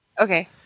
Okay